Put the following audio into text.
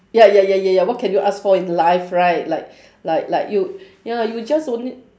ya ya ya ya ya what can you ask for in life right like like like you ya you just only